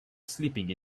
sleeping